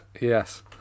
Yes